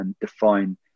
define